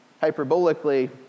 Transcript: hyperbolically